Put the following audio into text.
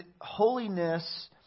holiness